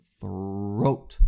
throat